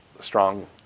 strong